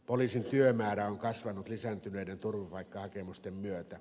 poliisin työmäärä on kasvanut lisääntyneiden turvapaikkahakemusten myötä